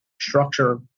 structure